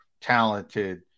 talented